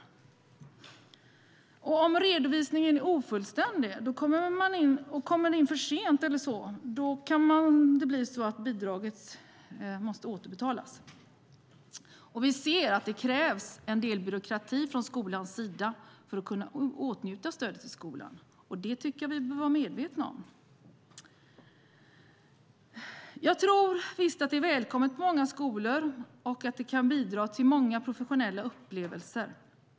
Om redovisningen är ofullständig eller kommer in för sent kan det bli så att bidraget måste återbetalas. Vi ser att det krävs en del byråkrati från skolans sida för att kunna åtnjuta det här stödet till skolan. Det tycker jag att vi bör vara medvetna om. Jag tror visst att detta är välkommet på många skolor och kan bidra till många professionella upplevelser.